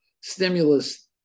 stimulus